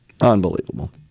Unbelievable